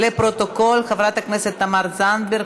היו"ר טלי פלוסקוב: